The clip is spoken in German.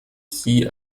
sie